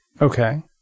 Okay